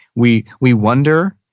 we we wonder,